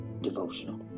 Devotional